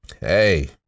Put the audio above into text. Hey